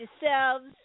Yourselves